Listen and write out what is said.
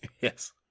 yes